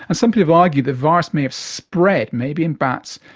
and some people argue the virus may have spread, maybe in bats,